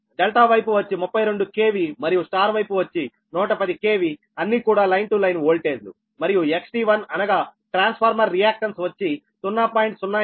∆ వైపు వచ్చి 32 KV మరియు Y వైపు వచ్చి 110 KV అన్నీ కూడా లైన్ టు లైన్ వోల్టేజ్ లు మరియు XT1 అనగా ట్రాన్స్ఫార్మర్ రియాక్టన్స్ వచ్చి 0